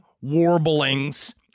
warblings